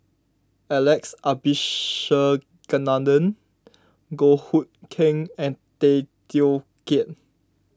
Alex Abisheganaden Goh Hood Keng and Tay Teow Kiat